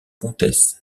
comtesse